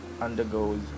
undergoes